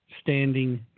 standing